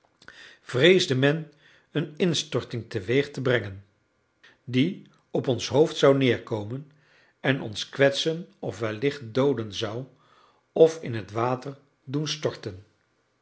vreesde men een instorting teweeg te brengen die op ons hoofd zou neerkomen en ons kwetsen of wellicht dooden zou of in het water doen storten